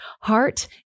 Heart